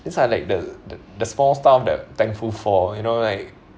these are like the the the small stuff that thankful for you know like